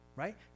right